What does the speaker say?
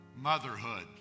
Motherhood